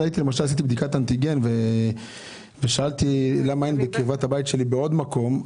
עשיתי בדיקה כזאת ושאלתי למה אין בקרבת הבית שלי בעוד מקום.